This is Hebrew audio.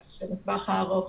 כך שבטווח הארוך